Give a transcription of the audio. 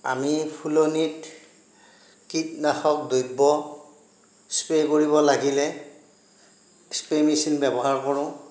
আমি ফুলনিত কীটনাশক দ্ৰব্য স্প্ৰে' কৰিব লাগিলে স্প্ৰে' মেচিন ব্যৱহাৰ কৰোঁ